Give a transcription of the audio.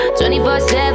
24-7